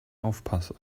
aufpasse